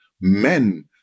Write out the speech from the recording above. men